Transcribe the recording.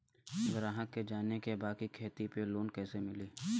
ग्राहक के जाने के बा की खेती पे लोन कैसे मीली?